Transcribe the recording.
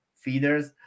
feeders